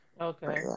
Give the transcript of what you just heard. Okay